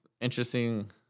interesting